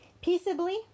peaceably